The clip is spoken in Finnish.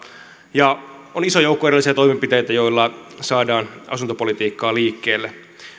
ja on iso joukko erilaisia toimenpiteitä joilla saadaan asuntopolitiikkaa liikkeelle